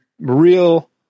real